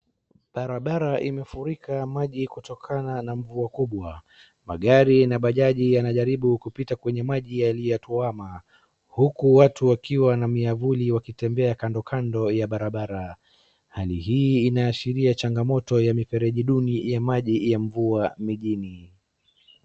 Barabara imefurika maji kutokana na mvua kubwa. Magari na bajaji yanajaribu kupita kwenye maji yaliyatwama, huku watu wakiwa na miavuli wakitembea kando kando ya barabara. Hali hii inaashiria changamoto ya mifereji duni ya maji ya mvua mijini.